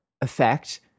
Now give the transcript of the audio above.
effect